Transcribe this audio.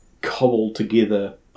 cobbled-together